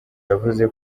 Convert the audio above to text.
yavuze